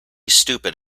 stupid